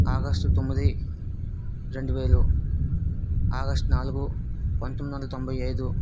August తొమ్మిది రెండు వేలు ఆగస్టు నాలుగు పంతొమ్మిది వందల తొంభై ఐదు